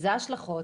אלה ההשלכות.